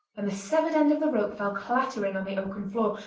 and the severed end of the rope fell clattering on the oaken floor,